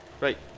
Right